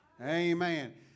Amen